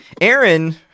aaron